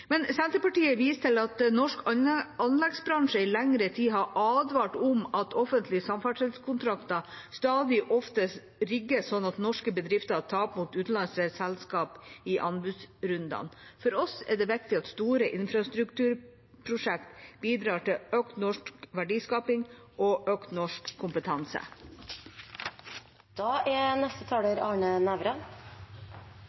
Senterpartiet viser til at norsk anleggsbransje i lengre tid har advart om at offentlige samferdselskontrakter stadig oftere rigges slik at norske bedrifter taper mot utenlandske selskap i anbudsrundene. For oss er det viktig at store infrastrukturprosjekter bidrar til økt norsk verdiskaping og økt norsk kompetanse. OPS er